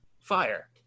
Fire